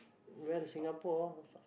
where the Singapore ah